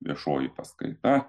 viešoji paskaita